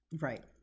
right